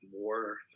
more